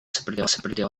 seperti